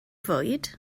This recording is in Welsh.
fwyd